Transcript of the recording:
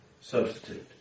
substitute